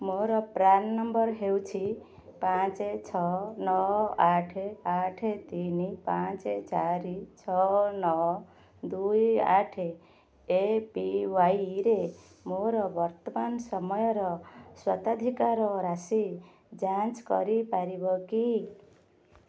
ମୋର PRAN number ହେଉଛି ପାଞ୍ଚ ଛଅ ନଅ ଆଠ ଆଠ ତିନି ପାଞ୍ଚ ଚାରି ଛଅ ନଅ ଦୁଇ ଆଠେ ଏପିୱାଇରେ ମୋର ବର୍ତ୍ତମାନ ସମୟର ସ୍ୱତ୍ୱାଧିକାର ରାଶି ଯାଞ୍ଚ କରିପାରିବ କି